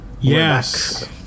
Yes